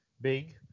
big